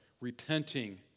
repenting